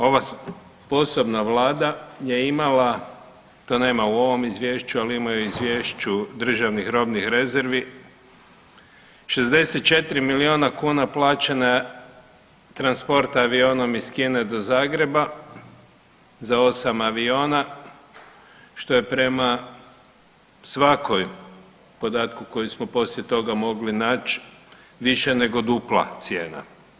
Ova sposobna Vlada je imala to nema u ovom Izvješću, ali ima u Izvješću državnih robnih rezervi 64 milijuna kuna plaćen je transport avionom iz Kine do Zagreba za 8 aviona što je prema svakoj podatku koji smo poslije toga mogli naći više nego dupla cijena.